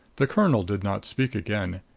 the colonel did not speak again.